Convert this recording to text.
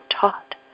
taught